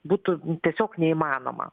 būtų tiesiog neįmanoma